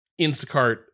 Instacart